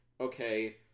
okay